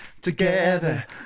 together